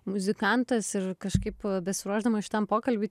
muzikantas ir kažkaip besiruošdama šitam pokalbiui